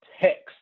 text